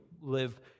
live